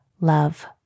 love